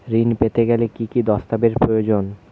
ঋণ পেতে গেলে কি কি দস্তাবেজ প্রয়োজন?